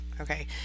Okay